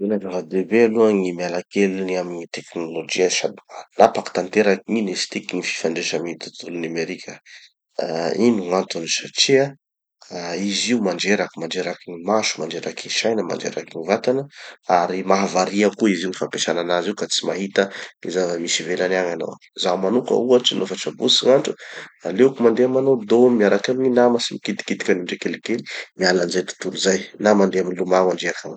Tena zava-dehibe aloha gny miala kely ny amy teknolojia sady manapakay tanteraky, gn'ino izy tiky, gny fifandraisa amy tontolo nomerika. Ah ino gn'antony? Satria, izy io mandreraky, mandreraky gny maso, mandreraky gny saina, mandreraky gny vatana, ary mahavaria koa izy io gny fampiasana anazy io ka tsy mahita gny zava-misy ivelany agny hanao. Zaho manoka ohatry, nofa sabotsy gn'andro, aleoko mandeha manao dômy, miaraky amy gny nama, tsy mikitikitiky anio ndre kelikely, miala anizay tontolo zay, na mandeha milomagno andriaky agny.